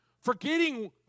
Forgetting